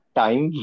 time